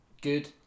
good